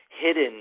hidden